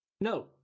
no